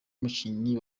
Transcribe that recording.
umukinnyi